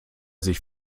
sich